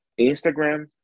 Instagram